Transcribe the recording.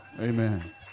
Amen